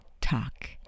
talk